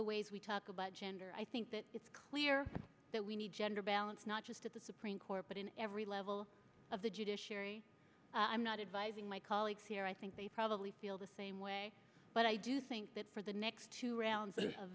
the ways we talk about gender i think that it's clear that we need gender balance not just at the supreme court but in every level of the judiciary i'm not advising my colleagues here i think they probably feel the same way but i do think that for the next two rounds of